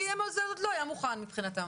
כי זה עוד לא היה מוכן מבחינתם.